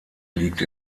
liegt